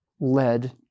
led